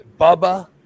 Bubba